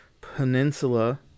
peninsula